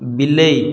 ବିଲେଇ